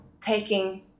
taking